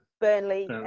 Burnley